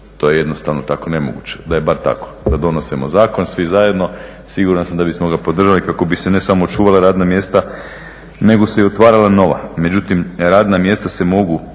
To je jednostavno tako nemoguće. Da je bar tako, da donosimo zakon svi zajedno siguran sam da bismo ga podržali kako bi se ne samo očuvala radna mjesta nego se i otvarala nova. Međutim, radna mjesta se mogu